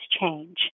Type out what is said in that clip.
Change